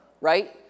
right